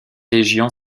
légion